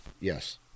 Yes